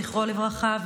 זכרו לברכה,